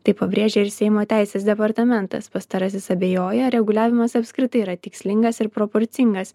tai pabrėžia ir seimo teisės departamentas pastarasis abejoja ar reguliavimas apskritai yra tikslingas ir proporcingas